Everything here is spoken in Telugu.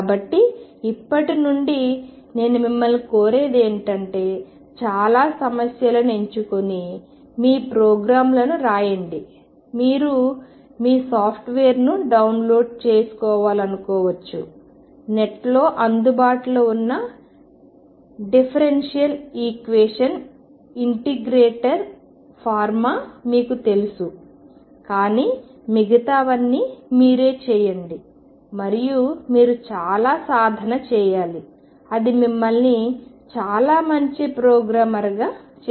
కాబట్టి ఇప్పటి నుండి నేను మిమ్మల్ని కోరేది ఏమిటంటే చాలా సమస్యలను ఎంచుకొని మీ ప్రోగ్రామ్లను వ్రాయండి మీరు మీ సాఫ్ట్వేర్ను డౌన్లోడ్ చేసుకోవాలనుకోవచ్చు నెట్లో అందుబాటులో ఉన్న డిఫరెన్షియల్ ఈక్వేషన్ ఇంటిగ్రేటర్ ఫార్మ్ మీకు తెలుసు కానీ మిగతావన్నీ మీరే చేయండి మరియు మీరు చాలా సాధన చేయాలి అది మిమ్మల్ని చాలా మంచి ప్రోగ్రామర్గా చేస్తుంది